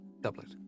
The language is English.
doublet